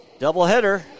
doubleheader